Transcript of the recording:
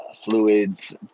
fluids